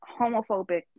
homophobic